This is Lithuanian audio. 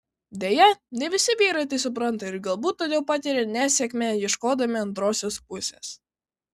deja ne visi vyrai tai supranta ir galbūt todėl patiria nesėkmę ieškodami antrosios pusės